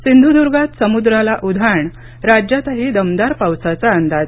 सिंधूदर्गात समुद्राला उधाण राज्यातही दमदार पावसाचा अंदाज